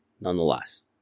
Nonetheless